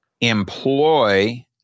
employ